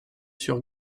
sur